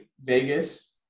Vegas